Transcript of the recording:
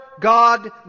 God